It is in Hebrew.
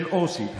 של עו"סית,